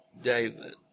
David